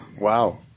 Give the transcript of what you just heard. Wow